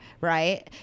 right